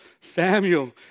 Samuel